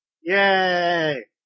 Yay